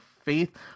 faith